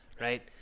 right